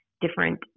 different